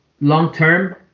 long-term